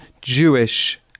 Jewish